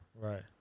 Right